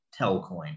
Telcoin